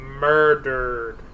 Murdered